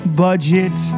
budget